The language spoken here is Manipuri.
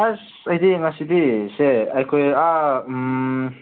ꯑꯁ ꯑꯩꯗꯤ ꯉꯁꯤꯗꯤ ꯁꯦ ꯑꯩꯈꯣꯏ ꯑꯥ